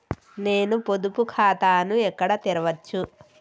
నేను పొదుపు ఖాతాను ఎక్కడ తెరవచ్చు?